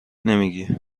نمیگی